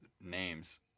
names